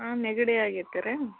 ಹಾಂ ನೆಗಡಿ ಆಗಿತ್ತು ರೀ